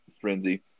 frenzy